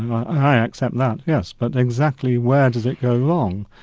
i accept that, yes, but exactly where does it go wrong?